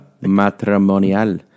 matrimonial